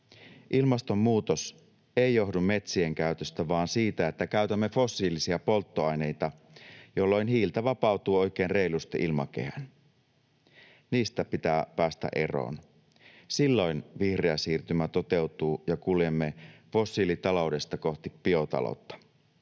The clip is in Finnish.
Ilmastonmuutos ei johdu metsien käytöstä vaan siitä, että käytämme fossiilisia polttoaineita, jolloin hiiltä vapautuu oikein reilusti ilmakehään. Niistä pitää päästä eroon. Silloin vihreä siirtymä toteutuu ja kuljemme fossiilitaloudesta kohti biotaloutta.